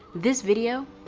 this video,